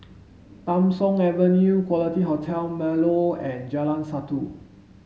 Tham Soong Avenue Quality Hotel Marlow and Jalan Satu